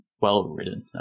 well-written